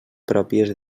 pròpies